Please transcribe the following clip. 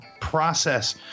process